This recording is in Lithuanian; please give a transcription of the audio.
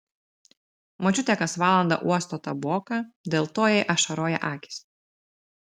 močiutė kas valandą uosto taboką dėl to jai ašaroja akys